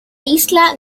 isla